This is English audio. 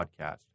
podcast